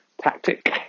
tactic